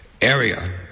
area